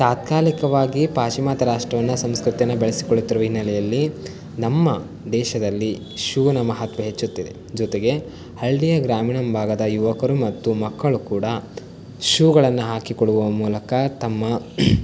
ತಾತ್ಕಾಲಿಕವಾಗಿ ಪಾಶ್ಚಿಮಾತ್ಯ ರಾಷ್ಟ್ರವನ್ನು ಸಂಸ್ಕೃತಿಯನ್ನು ಬೆಳೆಸಿಕೊಳ್ಳುತ್ತಿರುವ ಹಿನ್ನೆಲೆಯಲ್ಲಿ ನಮ್ಮ ದೇಶದಲ್ಲಿ ಶೂನ ಮಹತ್ವ ಹೆಚ್ಚುತ್ತಿದೆ ಜೊತೆಗೆ ಹಳ್ಳಿಯ ಗ್ರಾಮೀಣ ಭಾಗದ ಯುವಕರು ಮತ್ತು ಮಕ್ಕಳು ಕೂಡ ಶೂಗಳನ್ನು ಹಾಕಿಕೊಳ್ಳುವ ಮೂಲಕ ತಮ್ಮ